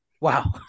Wow